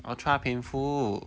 ultra painful